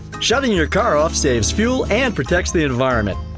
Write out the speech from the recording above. shutting your car off saves fuel and protects the environment.